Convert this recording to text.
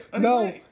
No